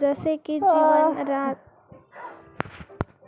जसे की जीवन, रोजगाराचा प्रकार, वैद्यकीय स्थिती इत्यादी